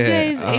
Guys